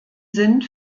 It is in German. sind